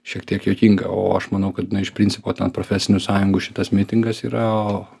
šiek tiek juokinga o aš manau kad na iš principo ten profesinių sąjungų šitas mitingas yra o